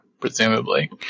presumably